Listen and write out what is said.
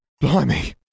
Blimey